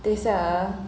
等下啊